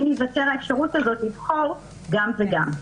אם תיווצר האפשרות הזאת לבחור גם וגם.